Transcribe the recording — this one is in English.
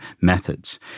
methods